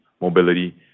mobility